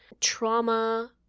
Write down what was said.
trauma